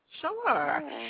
Sure